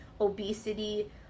obesity